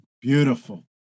Beautiful